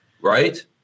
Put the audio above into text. right